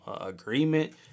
agreement